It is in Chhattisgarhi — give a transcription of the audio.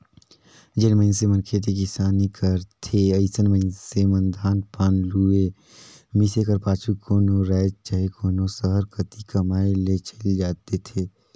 जेन मइनसे मन खेती किसानी करथे अइसन मइनसे मन धान पान लुए, मिसे कर पाछू कोनो राएज चहे कोनो सहर कती कमाए ले चइल देथे